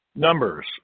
Numbers